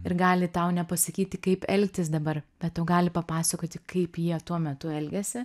ir gali tau nepasakyti kaip elgtis dabar bet tau gali papasakoti kaip jie tuo metu elgėsi